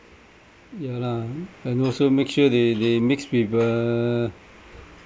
ya lah and also make sure they they mix with uh